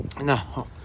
No